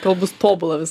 kol bus tobula vis